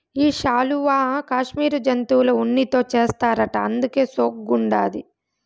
ఈ శాలువా కాశ్మీరు జంతువుల ఉన్నితో చేస్తారట అందుకే సోగ్గుండాది